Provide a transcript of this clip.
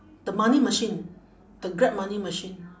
the money machine the grab money machine